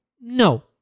No